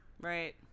Right